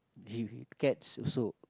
cats also